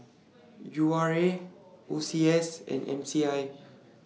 U R A O C S and M C I